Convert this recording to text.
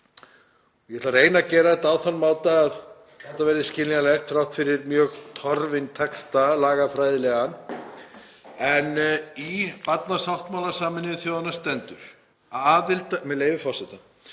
Ég ætla að reyna að gera þetta á þann máta að þetta verði skiljanlegt þrátt fyrir mjög tyrfinn lagafræðilegan texta. En í barnasáttmála Sameinuðu þjóðanna stendur, með leyfi forseta: